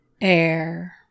air